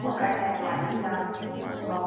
wakati amemaliza kusoma.